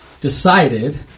decided